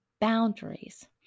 boundaries